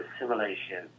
assimilation